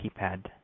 keypad